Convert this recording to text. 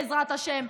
בעזרת השם,